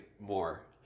more